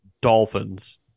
Dolphins